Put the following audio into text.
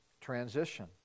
transition